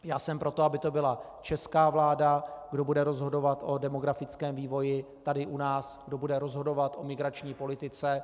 Já jsem pro to, aby to byla česká vláda, kdo bude rozhodovat o demografickém vývoji tady u nás, kdo bude rozhodovat o migrační politice.